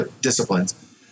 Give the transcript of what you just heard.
disciplines